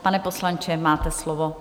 Pane poslanče, máte slovo.